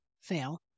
fail